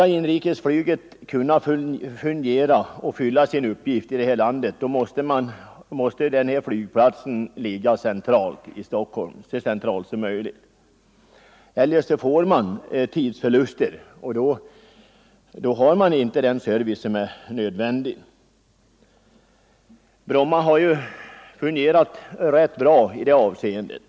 Om inrikesflyget skall kunna fylla sin uppgift, måste flygplatsen i Stockholm ligga så centralt som möjligt. Eljest uppstår för stora tidsförluster, och man får inte den nödvändiga servicen. Bromma har fungerat rätt bra i det här avseendet.